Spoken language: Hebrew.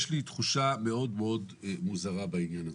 יש לי תחושה מאוד מאוד מוזרה בעניין הזה.